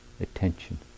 attention